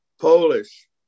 Polish